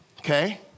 Okay